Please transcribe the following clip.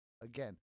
Again